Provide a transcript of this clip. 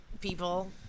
people